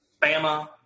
Bama